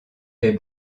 est